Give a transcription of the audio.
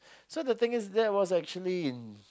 so the thing is that was actually in